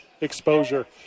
exposure